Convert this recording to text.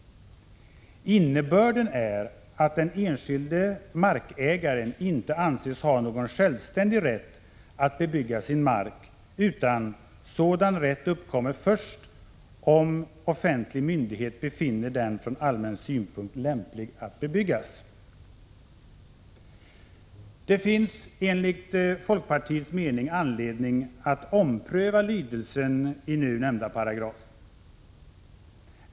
Innebörden är att den enskilde markägaren inte anses ha någon självständig rätt att bebygga sin mark, utan sådan rätt uppkommer först om offentlig myndighet finner den från allmän synpunkt lämplig att bebygga. Det finns enligt folkpartiets mening anledning att ompröva lydelsen av nu nämnda paragraf.